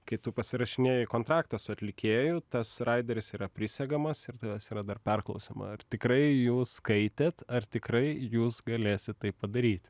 kai tu pasirašinėji kontraktą su atlikėju tas raideris yra prisegamas ir tavęs yra dar perklausiama ar tikrai jūs skaitėt ar tikrai jūs galėsit tai padaryt